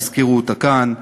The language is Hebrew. שהזכירו אותה כאן,